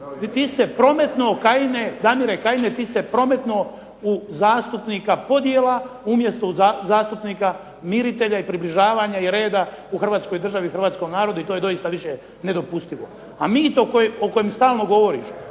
Vi se prometnuo Kajine, Damire Kajine ti se prometnuo u zastupnika podjela umjesto u zastupnika miritelja i približavanja i redu u Hrvatskoj državi i hrvatskom narodu i to je doista više nedopustivo. A mito o kojem stalno govoriš,